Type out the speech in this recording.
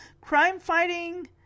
crime-fighting